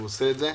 הוא עושה את זה.